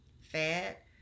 fat